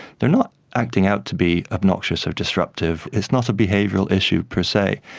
they are not acting out to be obnoxious or disruptive, it's not a behavioural issue per se,